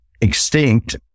extinct